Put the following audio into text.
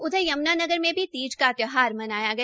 उधर यमुनानगर में भी तीज का तयौहार मनाया गया